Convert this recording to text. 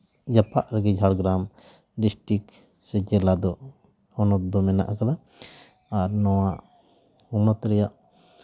ᱡᱟᱯᱟᱜ ᱨᱮᱜᱮ ᱡᱷᱟᱲᱜᱨᱟᱢ ᱰᱤᱥᱴᱤᱠ ᱥᱮ ᱡᱮᱞᱟ ᱫᱚ ᱦᱚᱱᱚᱛ ᱫᱚ ᱦᱮᱱᱟᱜ ᱠᱟᱫᱟ ᱟᱨ ᱱᱚᱣᱟ ᱦᱚᱱᱚᱛ ᱨᱮᱭᱟᱜ